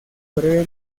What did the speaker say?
breve